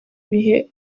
bihe